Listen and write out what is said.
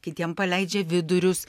kitiem paleidžia vidurius